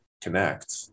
connect